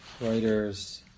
writers